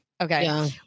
Okay